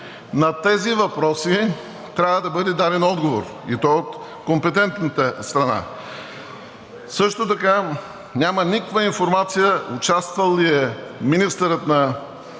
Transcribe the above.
На тези въпроси трябва да бъде даден отговор и то от компетентната страна. Също така няма никаква информация – участвал ли е министърът на